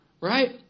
right